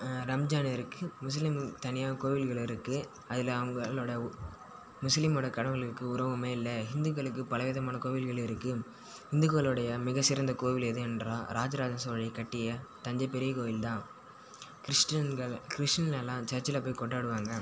ரம்ஜான் இருக்கு முஸ்லீமுக்கு தனியாக கோவில்கள் இருக்கு அதில் அவங்களோட முஸ்லீமோட கடவுள் இருக்கு உருவம் இல்லை இந்துக்களுக்கு பல விதமான கோவில்கள் இருக்கு இந்துக்களுடைய மிக சிறந்த கோவில் எது என்றால் ராஜராஜ சோழன் கட்டிய தஞ்சை பெரிய கோவில் தான் கிறிஸ்டின்கள் கிறிஸ்டின்யெல்லாம் சர்ச்சில் போய் கொண்டாடுவாங்க